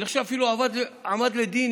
אני חושב שהוא אפילו הועמד לדין,